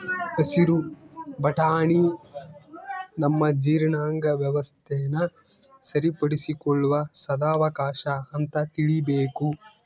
ಹಸಿರು ಬಟಾಣಿ ನಮ್ಮ ಜೀರ್ಣಾಂಗ ವ್ಯವಸ್ಥೆನ ಸರಿಪಡಿಸಿಕೊಳ್ಳುವ ಸದಾವಕಾಶ ಅಂತ ತಿಳೀಬೇಕು